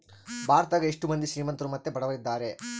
ಭಾರತದಗ ಎಷ್ಟ ಮಂದಿ ಶ್ರೀಮಂತ್ರು ಮತ್ತೆ ಬಡವರಿದ್ದಾರೆ?